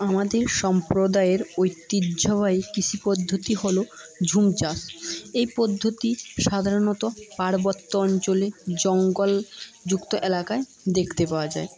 আমাদের সম্প্রদায়ের ঐতিহ্যবাহী কৃষি পদ্ধতি হলো ঝুম চাষ এই পদ্ধতি সাধারণত পার্বত্য অঞ্চলে জঙ্গলযুক্ত এলাকায় দেখতে পাওয়া যায়